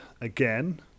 Again